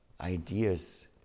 ideas